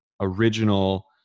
original